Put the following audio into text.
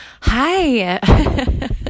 Hi